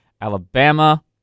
Alabama